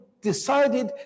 decided